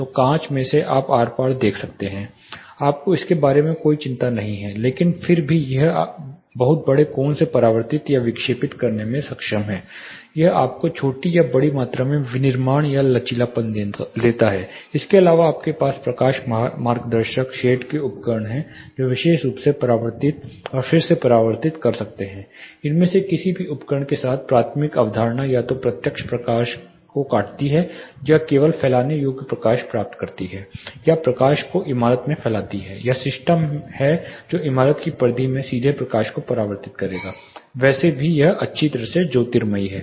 तो कांच मे से आप आर पार देख सकते है आपको इसके बारे में कोई चिंता नहीं है लेकिन फिर भी यह बहुत बड़े कोण से परावर्तित या विक्षेपित करने में सक्षम है यह आपको छोटी या बड़ी मात्रा में विनिर्माण का लचीलापन देता है इसके अलावा आपके पास प्रकाश मार्गदर्शक शेड के उपकरण हैं जो विशेष रूप से परावर्तित और फिर से परावर्तित कर सकते हैं इनमें से किसी भी उपकरण के साथ प्राथमिक अवधारणा या तो यह प्रत्यक्ष प्रकाश को काटती है या केवल फैलाने योग्य प्रकाश प्राप्त करती है या प्रकाश को इमारत में फैलती है या सिस्टम हैं जो इमारत की परिधि में सीधे प्रकाश को परावर्तित करेगा वैसे भी अच्छी तरह से ज्योतिर्मयी है